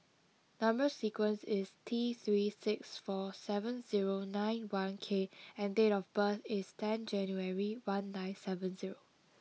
number sequence is T three six four seven zero nine one K and date of birth is ten January one nine seven zero